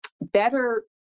better